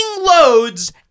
loads